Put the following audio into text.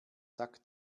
sack